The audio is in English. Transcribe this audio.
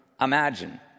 imagine